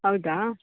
ಹೌದಾ